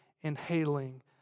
inhaling